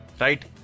Right